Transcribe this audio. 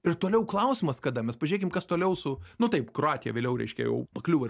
ir toliau klausimas kada mes pažiūrėkim kas toliau su nu taip kroatija vėliau reiškia jau pakliuvo